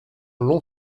long